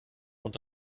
und